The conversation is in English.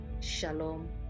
Shalom